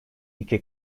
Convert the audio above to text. iki